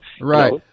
Right